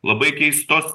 labai keistos